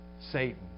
Satan